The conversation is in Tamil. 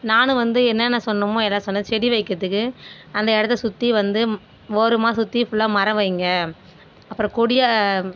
நானும் வந்து என்னான்ன சொல்ணுமோ எல்லாம் சொன்னேன் செடி வைக்கிறதுக்கு அந்த இடத்த சுற்றி வந்து ஓரமாக சுற்றி ஃபுல்லாக மரம் வைங்க அப்புறம் கொடியை